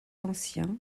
anciens